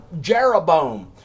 Jeroboam